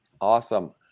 Awesome